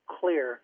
clear